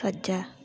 सज्जै